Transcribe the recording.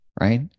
right